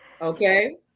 okay